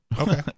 Okay